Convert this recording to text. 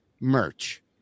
merch